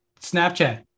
Snapchat